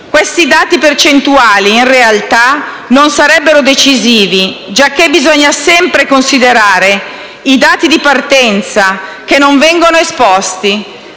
Questi dati percentuali, in realtà, non sarebbero decisivi, giacché bisogna sempre considerare i dati di partenza, che non vengono esposti.